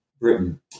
Britain